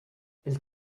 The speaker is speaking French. elle